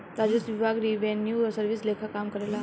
राजस्व विभाग revenue service लेखा काम करेला